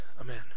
Amen